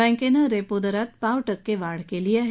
बँकेनं रेपो दरात पाव टक्के वाढ केली आहे